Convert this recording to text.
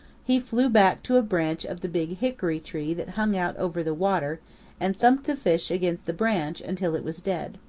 he flew back to a branch of the big hickory-tree that hung out over the water and thumped the fish against the branch until it was dead.